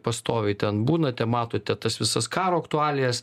pastoviai ten būnate matote tas visas karo aktualijas